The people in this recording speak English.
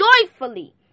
joyfully